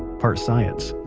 part science.